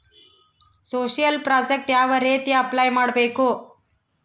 Social project ಯಾವ ರೇತಿ apply ಮಾಡಬೇಕು?